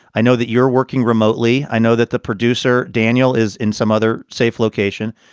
i know that you're working remotely. i know that the producer, daniel, is in some other safe location.